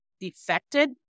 defected